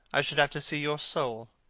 i should have to see your soul.